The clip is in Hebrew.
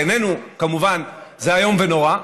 בעינינו, כמובן, זה איום ונורא,